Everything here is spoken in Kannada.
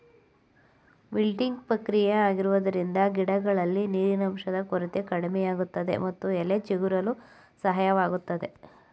ವಿಲ್ಟಿಂಗ್ ಪ್ರಕ್ರಿಯೆ ಆಗುವುದರಿಂದ ಗಿಡಗಳಲ್ಲಿ ನೀರಿನಂಶದ ಕೊರತೆ ಕಡಿಮೆಯಾಗುತ್ತದೆ ಮತ್ತು ಎಲೆ ಚಿಗುರಲು ಸಹಾಯವಾಗುತ್ತದೆ